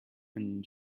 and